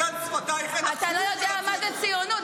--- המפעל הציוני על דל שפתייך --- אתה לא יודע מה זה ציונות,